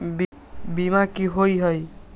बीमा की होअ हई?